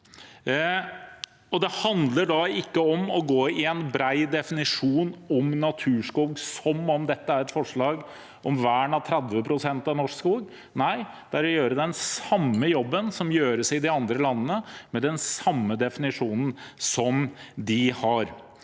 Det handler ikke om å gå inn i en bred definisjon om naturskog som om dette er et forslag om vern av 30 pst. av norsk skog. Nei, det er å gjøre den samme jobben som gjøres i de andre landene, med den samme definisjonen som de har.